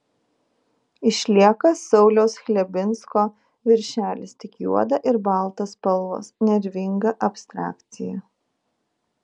išlieka sauliaus chlebinsko viršelis tik juoda ir balta spalvos nervinga abstrakcija